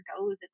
goes